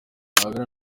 ahangana